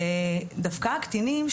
ודווקא הקטינים,